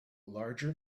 larger